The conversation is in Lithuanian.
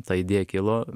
ta idėja kilo